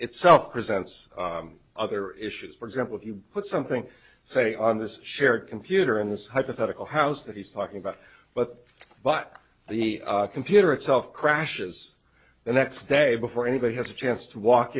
itself presents other issues for example if you put something say on this shared computer in this hypothetical house that he's talking about but but the computer itself crashes the next day before anybody has a chance to walk